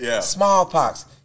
Smallpox